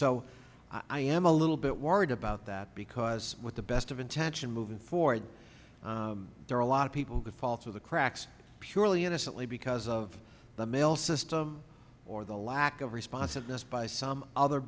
so i am a little bit worried about that because with the best of intentions moving forward there are a lot of people the faults of the cracks surely innocently because of the mail system or the lack of responsiveness by some other